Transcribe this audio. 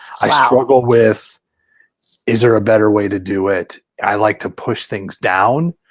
i struggle with is there a better way to do it? i like to push things down